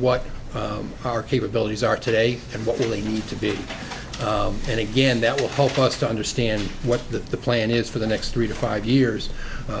what our capabilities are today and what we need to be and again that will help us to understand what the plan is for the next three to five years